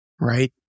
right